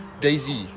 Daisy